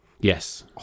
Yes